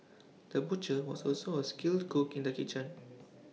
the butcher was also A skilled cook in the kitchen